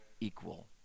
equal